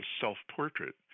self-portrait